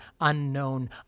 unknown